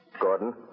Gordon